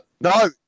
No